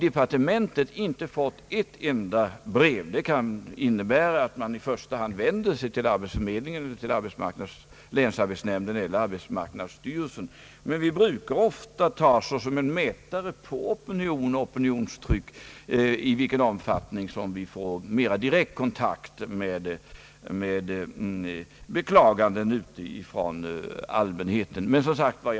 Departementet har inte fått ett enda sådant brev. Det kan innebära att de som klagat i första hand har vänt sig till arbetsförmedlingen, <länsarbetsnämnden eller arbetsmarknadsstyrelsen. Vi brukar emellertid i departementet ofta uppfatta den direkta kontakten med allmänheten som en mätare på opinionstrycket.